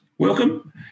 Welcome